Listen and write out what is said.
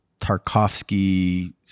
Tarkovsky –